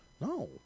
No